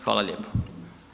Hvala lijepo.